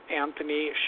Anthony